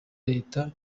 leta